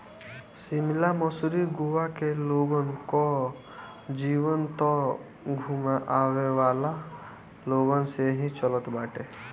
शिमला, मसूरी, गोवा के लोगन कअ जीवन तअ घूमे आवेवाला लोगन से ही चलत बाटे